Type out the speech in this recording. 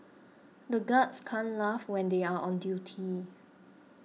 the guards can't laugh when they are on duty